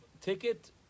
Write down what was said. ticket